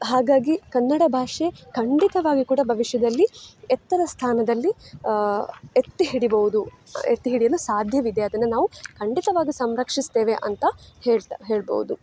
ಹಾಗಾಗಿ ಕನ್ನಡ ಭಾಷೆ ಖಂಡಿತವಾಗಿ ಕೂಡ ಭವಿಷ್ಯದಲ್ಲಿ ಎತ್ತರ ಸ್ಥಾನದಲ್ಲಿ ಎತ್ತಿ ಹಿಡಿಬಹುದು ಎತ್ತಿ ಹಿಡಿಯಲು ಸಾಧ್ಯವಿದೆ ಅದನ್ನು ನಾವು ಖಂಡಿತವಾಗಿ ಸಂರಕ್ಷಿಸ್ತೇವೆ ಅಂತ ಹೇಳ್ತ ಹೇಳ್ಬಹುದು